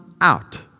out